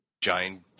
giant